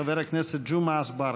חבר הכנסת ג'מעה אזברגה.